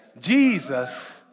Jesus